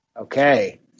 Okay